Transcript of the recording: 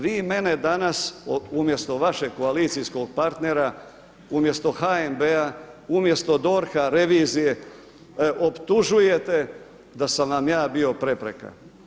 Vi mene danas umjesto vašeg koalicijskog partnera, umjesto HNB-a, umjesto DORH-a, revizije optužujete da sam vam ja bio prepreka.